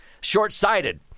Short-sighted